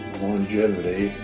longevity